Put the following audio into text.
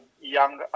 young